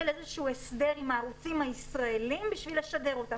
לאיזשהו הסדר עם הערוצים הישראלים בשביל לשדר אותם,